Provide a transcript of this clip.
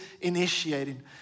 initiating